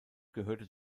gehörte